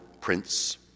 prince